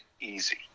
easy